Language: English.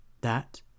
That